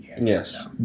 Yes